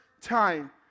time